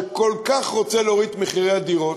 שכל כך רוצה להוריד את מחירי הדירות,